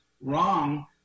wrong